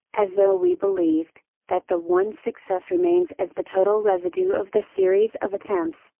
as though we believed, that the one success remains as the total residue of the series of attempts,